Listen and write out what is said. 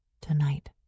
tonight